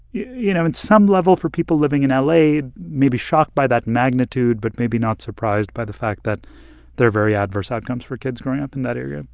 you know, at some level, for people living in ah la maybe shocked by that magnitude, but maybe not surprised by the fact that there are very adverse outcomes for kids growing up in that area.